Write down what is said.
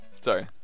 sorry